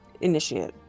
initiate